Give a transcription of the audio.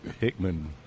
Hickman